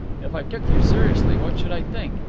if i took you seriously what should i think?